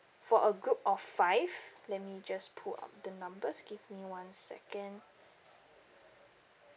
for a group of five let me just pull up the numbers give me one second